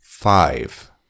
Five